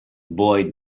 boy